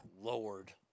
Lord